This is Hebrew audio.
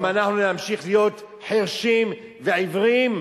אם אנחנו נמשיך להיות חירשים ועיוורים,